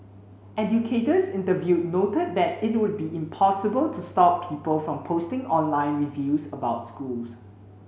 educators interviewed noted that it would be impossible to stop people from posting online reviews about schools